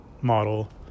model